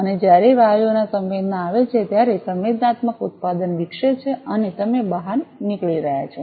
અને જ્યારે વાયુઓને સંવેદના આવે છે ત્યારે સંવેદનાત્મક ઉત્પાદન વિકસે છે અને તમે બહાર નીકળી રહ્યા છો